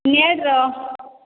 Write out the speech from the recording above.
ନେଟ୍ର